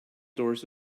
doors